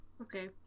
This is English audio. Okay